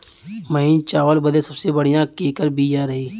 महीन चावल बदे सबसे बढ़िया केकर बिया रही?